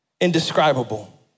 indescribable